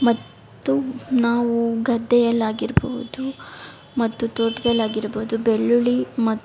ಮತ್ತು ನಾವು ಗದ್ದೆಯಲ್ಲಾಗಿರಬಹುದು ಮತ್ತು ತೋಟದಲ್ಲಾಗಿರ್ಬೋದು ಬೆಳ್ಳುಳ್ಳಿ ಮತ್ತು